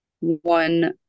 one